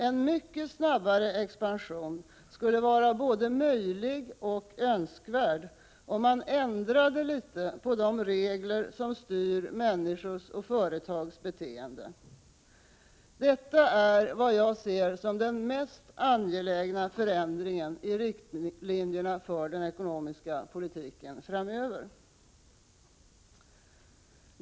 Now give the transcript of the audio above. En mycket snabbare expansion skulle vara både möjlig och önskvärd, om man ändrade litet på de regler som styr människors och företags beteende. Detta är vad jag ser som den mest angelägna förändringen i riktlinjerna för den ekonomiska politiken framöver.